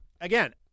Again